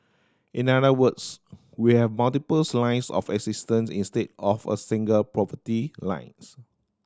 in other words we have multiple's lines of assistance instead of a single poverty lines